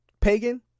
Pagan